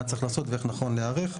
מה צריך לעשות ואיך נכון להיערך.